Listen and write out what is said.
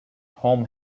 holm